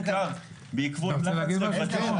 בעיקר בעקבות לחץ חברתי.